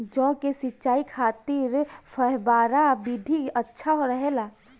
जौ के सिंचाई खातिर फव्वारा विधि अच्छा रहेला?